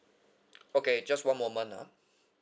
okay just one moment ah